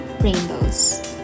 rainbows